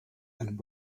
and